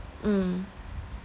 mm